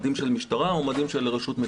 מדים של משטרה או מדים של רשות מקומית.